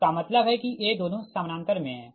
इसका मतलब है कि ये दोनों समानांतर है